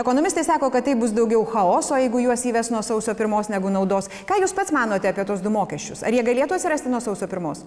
ekonomistai sako kad taip bus daugiau chaoso jeigu juos įves nuo sausio pirmos negu naudos ką jūs pats manote apie tuos du mokesčius ar jie galėtų atsirasti nuo sausio pirmos